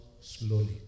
slowly